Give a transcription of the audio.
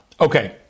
Okay